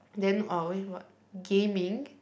then uh eh what gaming